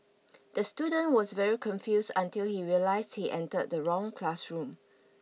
the student was very confused until he realised he entered the wrong classroom